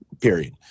period